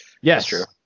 Yes